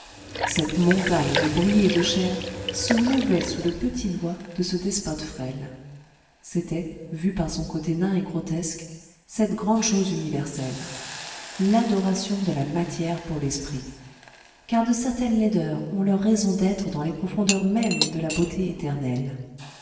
cette montagne de bruit et de chair se mouvait sous le petit doigt de ce despote frêle c'était vu par son côté nain et grotesque cette grande chose universelle l'adoration de la matière pour l'esprit car de certaines laideurs ont leur raison d'être dans les profondeurs mêmes de la beauté éternelle